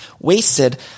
wasted